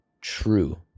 true